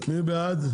מי בעד?